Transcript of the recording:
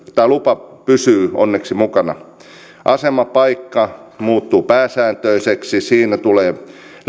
lupa pysyy onneksi mukana asemapaikka muuttuu pääsääntöiseksi siinä tulee